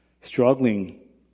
struggling